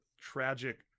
tragic